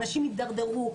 אנשים הידרדרו.